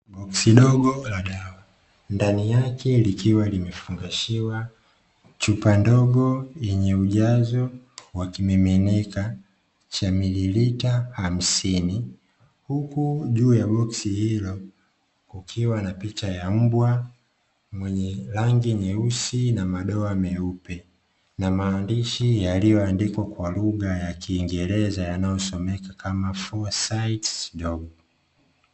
Boksi dogo la dawa, ndani yake likiwa limefungashiwa chupa ndogo yenye ujazo wa kimiminika cha mililita hamsini. Huku juu ya boksi hilo, kukiwa na picha ya mbwa mwenye rangi nyeusi na madoa meupe, na maandishi yaliyoandikwa kwa lugha ya Kiingereza yanayosomeka kama "4CYTE dog".